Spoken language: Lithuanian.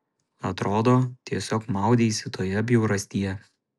atrodo tiesiog maudeisi toje bjaurastyje